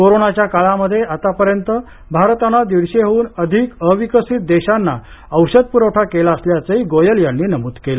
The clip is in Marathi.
कोरोनाच्या काळामध्ये आतापर्यंत भारतानं दीडशेहून अधिक अविकसित देशांना औषध पुरवठा केला असल्याचंही गोयल यांनी नमूद केलं